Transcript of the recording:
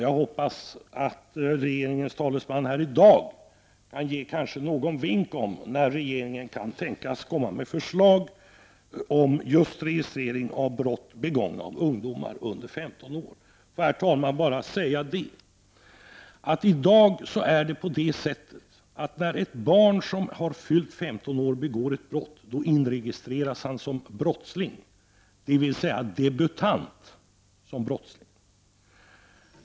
Jag hoppas att regeringens talesman här i dag kan ge någon vink om när regeringen kan tänkas komma med förslag om just registrering av brott begångna av ungdomar under 15 år. När ett barn som har fyllt 15 år begår ett brott inregistreras barnet som brottsling, dvs. debutant som brottsling.